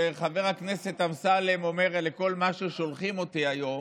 שחבר הכנסת אמסלם דיבר על כל מה ששולחים אותי היום,